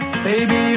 Baby